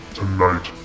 tonight